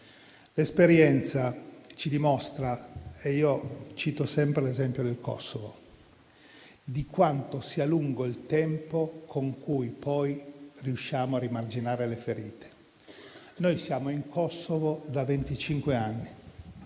L'esperienza ci dimostra - io cito sempre l'esempio del Kosovo - quanto sia lungo il tempo con cui poi riusciamo a rimarginare le ferite. Noi siamo in Kosovo da